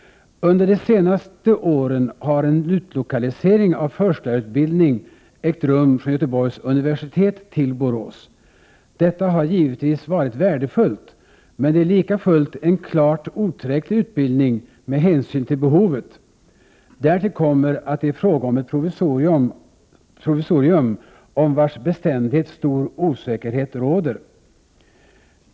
Under de senaste åren har en utlokalisering av förskollärarutbildning ägt rum från Göteborgs universitet till Borås. Detta har givetvis varit värdefullt, men det är lika fullt en klart otillräcklig utbildning med hänsyn till behovet. Därtill kommer att det är fråga om ett provisorium, om vars beständighet stor osäkerhet råder.